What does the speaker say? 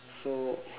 so